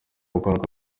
akora